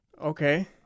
okay